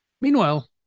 Meanwhile